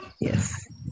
Yes